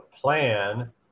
plan